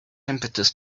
impetus